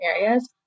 areas